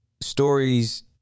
stories